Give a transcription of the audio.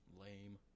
Lame